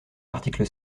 l’article